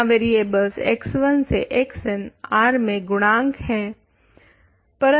यहाँ variables X1 से Xn R में गुणांक हैं